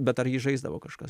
bet ar jį žaisdavo kažkas